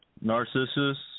narcissus